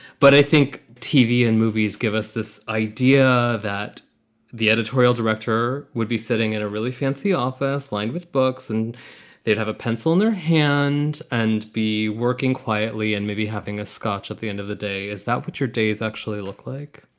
but i think tv and movies give us this idea that the editorial director would be sitting in a really fancy office lined with books and they'd have a pencil in their hand and be working quietly and maybe having a scotch at the end of the day. is that what your days actually look like?